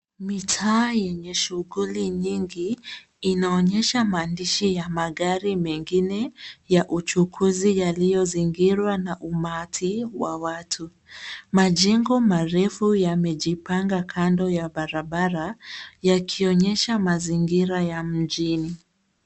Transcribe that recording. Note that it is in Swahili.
Mitaa yenye shuguli nyingi inaonyesha maandishi ya magari mengine ya uchukuzi yaliyozingirwa na umati wa watu. Majengo marefu yamejipanga kando ya barabara yakionyesha mazingira ya mjini.